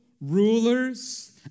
Rulers